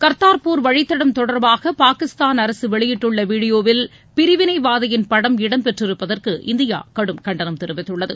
கர்த்தார்பூர் வழித்தடம் தொடர்பாக பாகிஸ்தான் அரசு வெளியிட்டுள்ள வீடியோவில் பிரிவினைவாதியின் படம் இடம்பெற்றிருப்பதற்கு இந்தியா கடும் கண்டனம் தெரிவித்துள்ளது